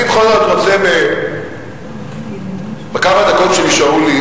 אני בכל זאת רוצה בכמה דקות שנשארו לי